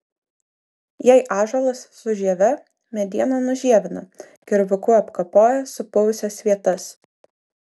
jei ąžuolas su žieve medieną nužievina kirvuku apkapoja supuvusias vietas